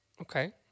Okay